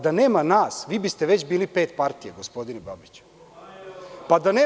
Da nema nas, vi biste već bili pet partija, gospodine Babiću.